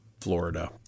Florida